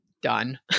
done